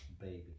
Baby